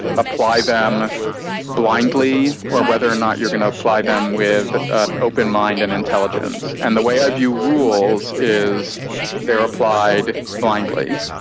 apply them blindly, or whether or not you're gonna apply them with an open mind and intelligence. and the way i view rules is they're applied blindly.